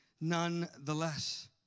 nonetheless